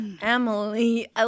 emily